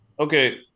Okay